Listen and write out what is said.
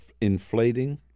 inflating